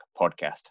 podcast